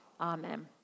Amen